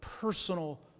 personal